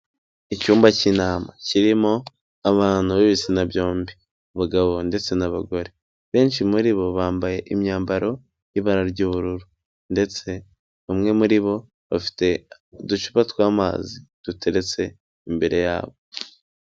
Icyumba cy'inama kirimo abantu b'ibitsina byombi abagabo ndetse n'abagore, benshi muri bo bambaye imyambaro y'ibara ry'ubururu ndetse bamwe muri bo bafite uducupa tw'amazi duteretse imbere yabo.